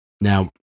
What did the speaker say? Now